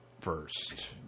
First